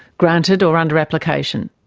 granted or under application.